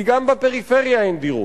כי גם בפריפריה אין דירות.